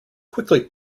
quickly